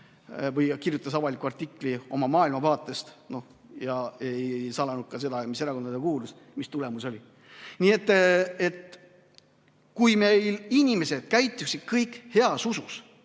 ta kirjutas avaliku artikli oma maailmavaatest ega salanud ka seda, mis erakonda ta kuulus. Mis tulemus oli? Kui meil inimesed käituksid kõik heas usus,